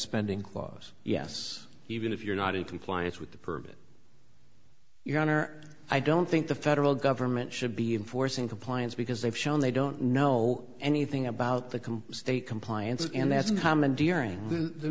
spending clause yes even if you're not in compliance with the permit your honor i don't think the federal government should be enforcing compliance because they've shown they don't know anything about the can state compliance and that's